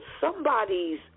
somebody's